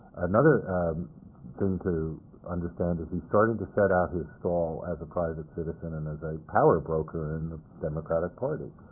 another thing to understand is he's starting to set out his stall as a private citizen and as a power broker in the democratic party.